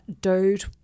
dude